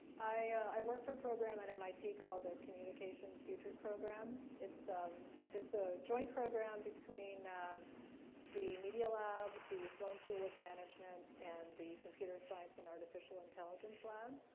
i work for a program at mit called the communications futures program. it's um it's a joint program between the medial lab, the sloane school of management, and the computer science and artificial intelligence lab.